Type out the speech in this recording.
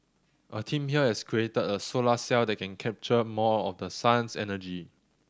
a team here has created a solar cell that can capture more of the sun's energy